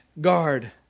guard